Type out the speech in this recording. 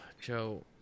Joe